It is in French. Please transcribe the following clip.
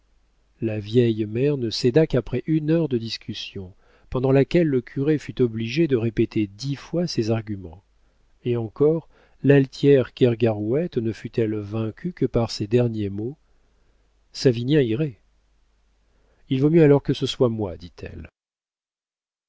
la vieille mère ne céda qu'après une heure de discussion pendant laquelle le curé fut obligé de répéter dix fois ses arguments et encore l'altière kergarouët ne fut-elle vaincue que par ces derniers mots savinien irait il vaut mieux alors que ce soit moi dit-elle